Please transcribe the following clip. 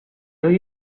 由于